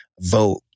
vote